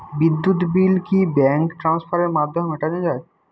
বিদ্যুৎ বিল কি ব্যাঙ্ক ট্রান্সফারের মাধ্যমে মেটানো য়ায়?